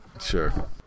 Sure